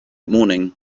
morning